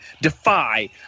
Defy